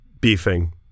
beefing